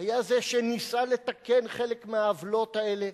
הוא שניסה לתקן חלק מהעוולות האלה,